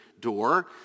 door